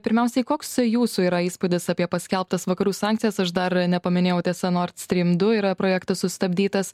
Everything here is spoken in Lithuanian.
pirmiausiai koks jūsų yra įspūdis apie paskelbtas vakarų sankcijas aš dar nepaminėjau tiesa nord stream du yra projektas sustabdytas